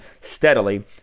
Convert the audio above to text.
steadily